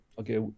Okay